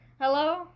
Hello